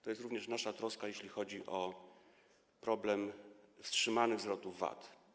To jest również nasza troska, jeśli chodzi o problem wstrzymanych zwrotów VAT.